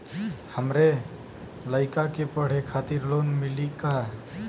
हमरे लयिका के पढ़े खातिर लोन मिलि का?